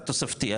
התוספתי,